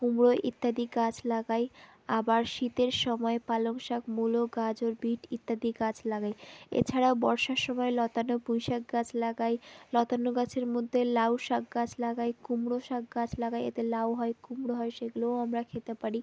কুমড়ো ইত্যাদি গাছ লাগাই আবার শীতের সময় পালং শাক মূলো গাজর বিট ইত্যাদি গাছ লাগাই এছাড়াও বর্ষার সময় লতানো পুঁই শাক গাছ লাগাই লতানো গাছের মধ্যে লাউ শাক গাছ লাগাই কুমড়ো শাক গাছ লাগাই এতে লাউ হয় কুমড়ো হয় সেগুলোও আমরা খেতে পারি